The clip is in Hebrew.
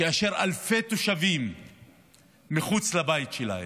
כאשר אלפי תושבים מחוץ לבית שלהם.